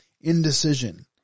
indecision